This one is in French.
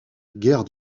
guerre